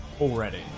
already